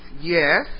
Yes